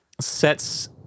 sets